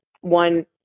one